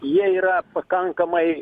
jie yra pakankamai